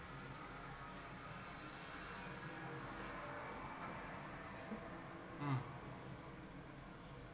mm